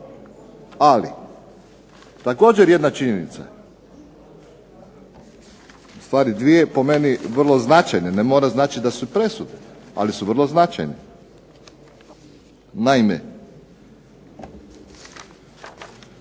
Ali također jedna činjenica, u stvari dvije po meni vrlo značajne, ne mora značit da su presudne, ali su vrlo značajne. Naime,